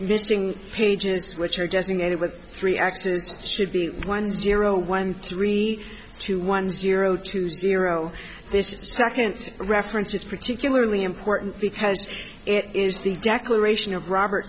missing pages which are designated with three actors should be one zero one three two one zero two zero this second reference is particularly important because it is the declaration of robert